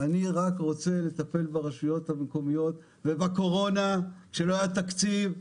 אני רק רוצה לטפל ברשויות המקומיות ובקורונה שלא היה תקציב,